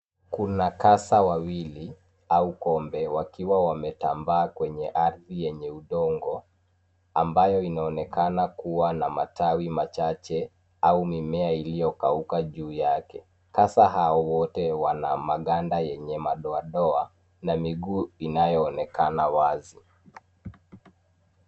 Kuna kaza wawili au kobe wakiwa wametambaa kwenye ardhi yenye udongo ambayo inaonekana kuwa na matawi machache au mimea iliyokauka juu yake. Kaza hao wote wana maganda yenye madoamadoa na miguu inayoonekana wazi.